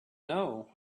know